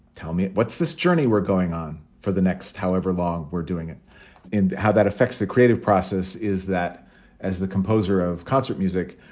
tell me, what's this journey we're going on for the next however long we're doing it and how that affects the creative process is that as the composer of concert music,